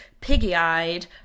piggy-eyed